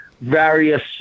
various